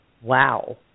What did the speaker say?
Wow